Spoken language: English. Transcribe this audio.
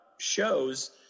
shows